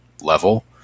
level